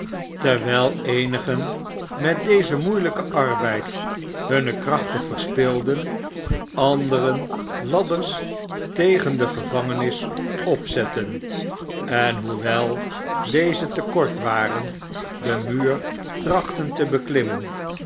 terwijl eenigen met dezen moeielijken arbeid hunne krachten verspilden anderen ladders tegen de gevangenis opzetten en hoewel deze te kort waren den muur trachten te beklimmen